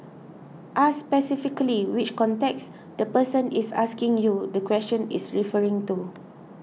ask specifically which context the person is asking you the question is referring to